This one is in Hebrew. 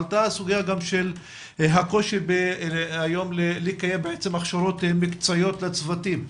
עלתה הסוגיה של הקושי היום לקיים הכשרות מקצועיות לצוותים,